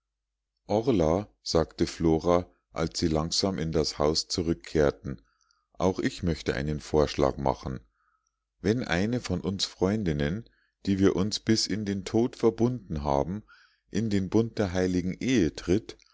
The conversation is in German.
sagte flora als sie langsam in das haus zurückkehrten auch ich möchte einen vorschlag machen wenn eine von uns freundinnen die wir uns bis in den tod verbunden haben in den bund der heiligen ehe tritt